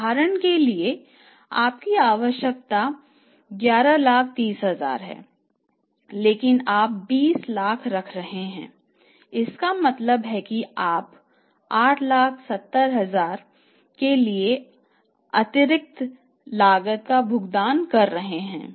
उदाहरण के लिए आपकी आवश्यकता 113 लाख है लेकिन आप 20 लाख रख रहे हैं इसका मतलब है कि आप 870 लाख के लिए अतिरिक्त लागत का भुगतान कर रहे हैं